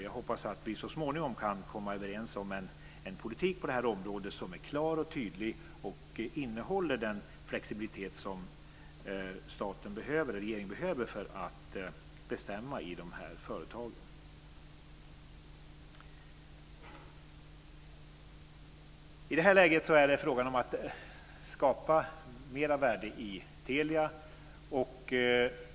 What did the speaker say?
Jag hoppas att vi så småningom kan komma överens om en politik på området som är klar och tydlig och som har den flexibilitet som staten och regeringen behöver för att bestämma i de här företagen. I det här läget är det fråga om att skapa mera värde i Telia.